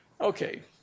Okay